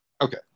Okay